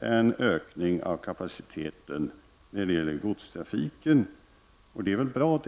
en ökning av kapaciteten när det gäller godstrafiken, och det är väl bra.